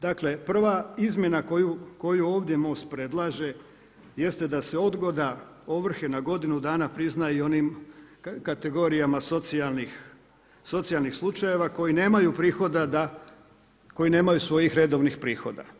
Dakle, prva izmjena koju ovdje MOST predlaže jeste da se odgoda ovrhe na godinu dana prizna i onim kategorijama socijalnih slučajeva koji nemaju prihoda, koji nemaju svojih redovnih prihoda.